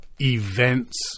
Events